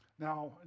Now